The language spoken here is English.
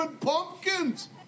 Pumpkins